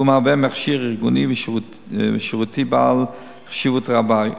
והוא מהווה מכשיר ארגוני ושירותי בעל חשיבות רבה,